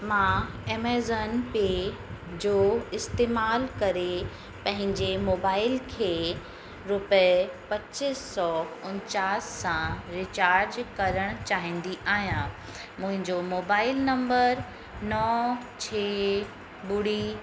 मां Amazon pay जो इस्तेमालु करे पंहिंजे मोबाइल खे रुपए पचीस सौ उनचास सां रिचार्ज करणु चाहींदी आहियां मुंहिंजो मोबाइल नंबर नौ छे ॿुड़ी